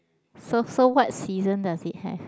so so what season does it have